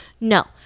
No